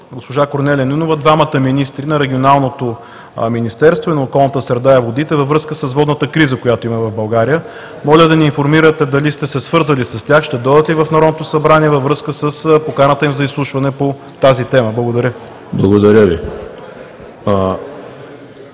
госпожа Корнелия Нинова двамата министри – на регионалното развитие и благоустройството и на околната среда и водите, във връзка с водната криза, която има в България. Моля да ни информирате дали сте се свързали с тях, ще дойдат ли в Народното събрание във връзка с поканата им за изслушване по темата? Благодаря.